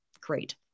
great